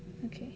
okay